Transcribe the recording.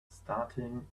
starting